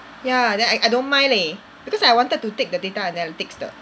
ya then I I don't mind leh because I wanted to take the data analytics 的